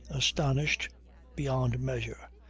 astonished beyond measure,